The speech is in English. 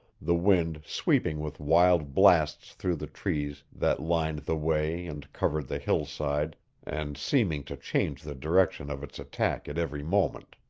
the wind sweeping with wild blasts through the trees that lined the way and covered the hillside and seeming to change the direction of its attack at every moment.